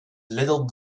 little